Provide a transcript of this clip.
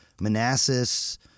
Manassas